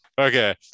Okay